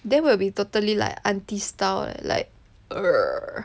then will be totally like aunty style like err